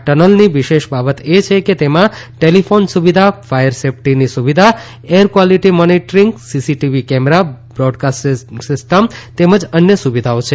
આ ટનલની વિશેષ બાબત એ છે કે તેમાં ટેલિફોન સુવિધા ફાયર સેફ્ટીની સુવિધા air quality monitoring CCTV camera broadcasting system તેમજ અન્ય સુવિધાઓ છે